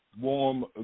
warm